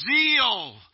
zeal